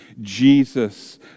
Jesus